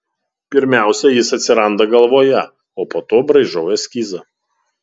pirmiausia jis atsiranda galvoje o po to braižau eskizą